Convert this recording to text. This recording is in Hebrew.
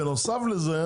בנוסף לכך,